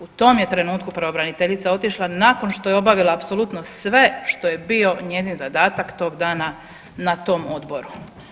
U tom je trenutku pravobraniteljica otišla nakon što je obavila apsolutno sve što je bio njezin zadatak tog dana na tom odboru.